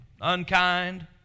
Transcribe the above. unkind